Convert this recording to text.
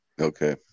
Okay